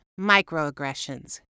microaggressions